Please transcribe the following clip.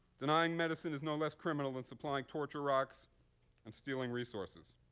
denying medicine is no less criminal than supplying torture rocks and stealing resources.